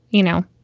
you know.